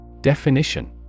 Definition